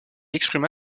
exprima